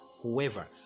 whoever